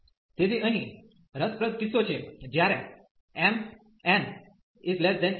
તેથી અહીં રસપ્રદ કિસ્સો છે જ્યારે mn1